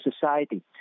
society